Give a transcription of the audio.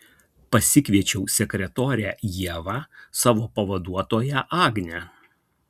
pasikviečiu sekretorę ievą savo pavaduotoją agnę